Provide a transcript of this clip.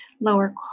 lower